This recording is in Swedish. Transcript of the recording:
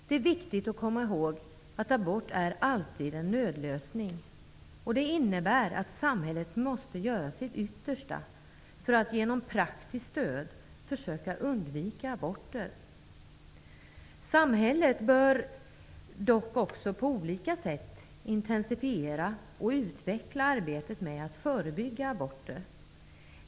Det är viktigt att komma ihåg att abort alltid är en nödlösning. Det innebär att samhället måste göra sitt yttersta för att genom praktiskt stöd försöka undvika aborter. Samhället bör också på olika sätt intensifiera och utveckla arbetet med att förebygga aborter.